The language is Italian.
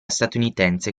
statunitense